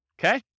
okay